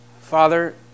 Father